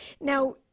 Now